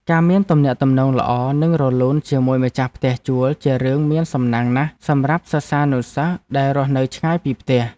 ការមានទំនាក់ទំនងល្អនិងរលូនជាមួយម្ចាស់ផ្ទះជួលជារឿងមានសំណាងណាស់សម្រាប់សិស្សានុសិស្សដែលរស់នៅឆ្ងាយពីផ្ទះ។